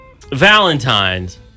Valentine's